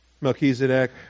Melchizedek